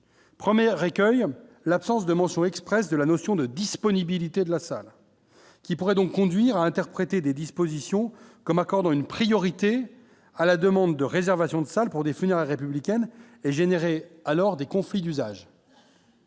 promet recueille l'absence de mention expresse de la notion de disponibilité de la salle, qui pourrait donc conduire à interpréter des dispositions comme accordant une priorité à la demande de réservation de salle pour définir républicaine et générer alors des conflits d'usage.